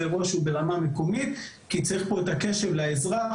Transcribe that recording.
זה אירוע שהוא ברמה מקומית כי צריך פה את הקשב לאזרח.